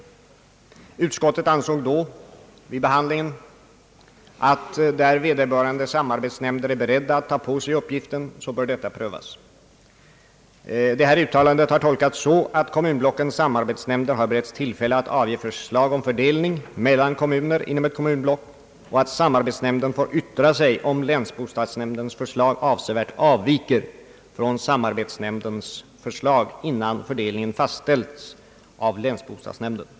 Utskottet ansåg då vid behandlingen att där vederbörande samarbetsnämnder är beredda att ta på sig uppgiften, bör detta prövas. Detta uttalande har tolkats så att kommunblockens samarbetsnämnder har tillfälle att avge förslag om fördelning mellan kommuner inom ett kommunblock och att, om länsbostadsnämndens förslag avsevärt avviker från samarbetsnämndens förslag, samarbetsnämnden får yttra sig innan fördelningen fastställes av länsbostadsnämnden.